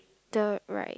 the right